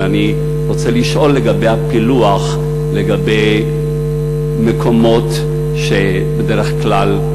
ואני רוצה לשאול לגבי הפילוח של מקומות שבדרך כלל,